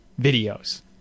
videos